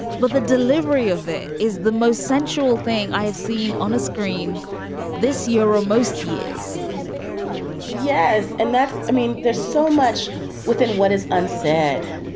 but the delivery of that is the most sensual thing i have seen on a screen this year or most years yes. and that's i mean, there's so much within what is unsaid